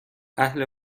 اهل